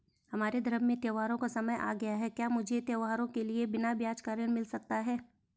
हमारे धर्म में त्योंहारो का समय आ गया है क्या मुझे त्योहारों के लिए बिना ब्याज का ऋण मिल सकता है?